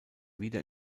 wieder